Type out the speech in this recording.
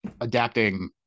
adapting